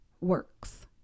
works